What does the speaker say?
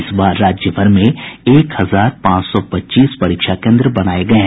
इस बार राज्यभर में एक हजार पांच सौ पच्चीस परीक्षा केन्द्र बनाये गये हैं